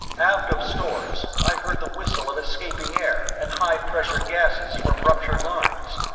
aft of stores, i heard the whistle of escaping air and high pressure gasses from ruptured lines.